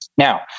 Now